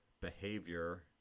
behavior